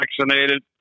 vaccinated